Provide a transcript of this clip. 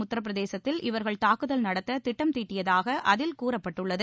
உத்தரப்பிரதேசத்தில் இவர்கள் தாக்குதல் தில்வி மற்றும் நடத்த திட்டம் தீட்டியதாக அதில் கூறப்பட்டுள்ளது